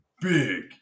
big